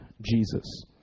Jesus